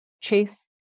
chase